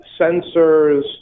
sensors